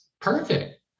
perfect